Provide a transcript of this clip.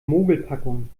mogelpackung